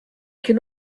can